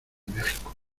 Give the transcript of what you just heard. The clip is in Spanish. méxico